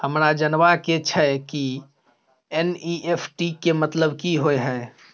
हमरा जनबा के छै की एन.ई.एफ.टी के मतलब की होए है?